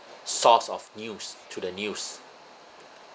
source of news through the news